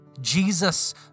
Jesus